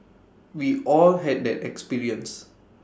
we all had that experience